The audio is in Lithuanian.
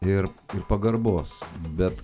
ir ir pagarbos bet